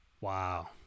wow